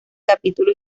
capítulo